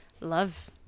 Love